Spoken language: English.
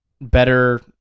better